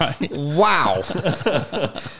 Wow